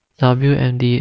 W_M_D